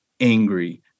angry